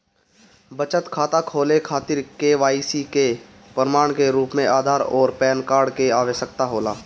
बचत खाता खोले खातिर के.वाइ.सी के प्रमाण के रूप में आधार आउर पैन कार्ड की आवश्यकता होला